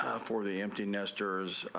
for the empty nester